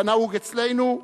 כנהוג אצלנו,